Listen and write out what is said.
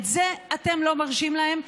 את זה אתם לא מרשים להם.